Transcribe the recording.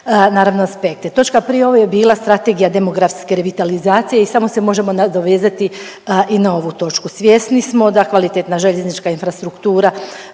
naravno aspekte. Točka prije ove je bila Strategija demografske revitalizacije i samo se možemo nadovezati i na ovu točku. Svjesni smo da kvalitetna željeznička infrastruktura